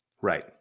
right